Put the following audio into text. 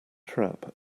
trap